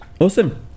Awesome